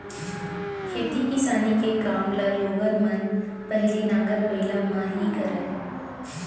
खेती किसानी के काम ल लोगन मन पहिली नांगर बइला म ही करय